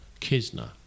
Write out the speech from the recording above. Kisner